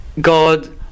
God